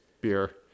Beer